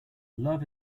love